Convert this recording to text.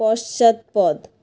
পশ্চাৎপদ